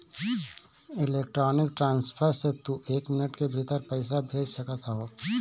electronic transfer से तू एक मिनट के भीतर पईसा भेज सकत हवअ